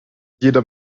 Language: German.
jeder